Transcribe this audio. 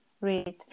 read